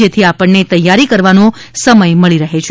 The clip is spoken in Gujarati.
જેથી આપણને તૈયારી કરવાનો સમય મળી રહે છે